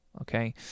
okay